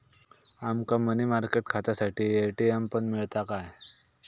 आमका money market खात्यासाठी ATM पण मिळता काय?